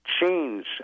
change